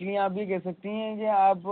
جی آپ یہ کہہ سکتی ہیں کہ آپ